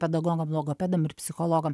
pedagogam logopedam ir psichologam